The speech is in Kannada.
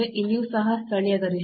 ಇಲ್ಲಿಯೂ ಸಹ ಸ್ಥಳೀಯ ಗರಿಷ್ಠ